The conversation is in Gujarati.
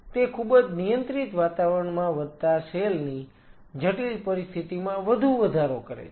તેથી તે ખૂબ જ નિયંત્રિત વાતાવરણમાં વધતા સેલ ની જટિલ પરિસ્થિતિમાં વધુ વધારો કરે છે